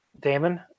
Damon